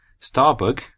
Starbug